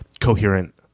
coherent